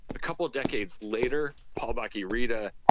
a couple of decades later, paul bach-y-rita,